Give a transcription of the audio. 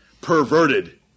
perverted